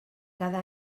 cada